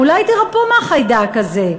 אולי תירפאו מהחיידק הזה.